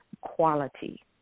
quality